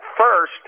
First